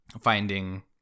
finding